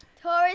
Taurus